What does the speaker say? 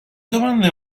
domanda